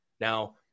Now